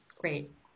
Great